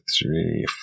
three